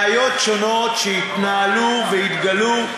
בעיות שונות שהתנהלו והתגלו,